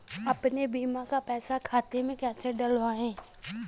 अपने बीमा का पैसा खाते में कैसे डलवाए?